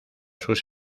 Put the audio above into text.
sus